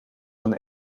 gaan